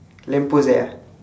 lamp post there ah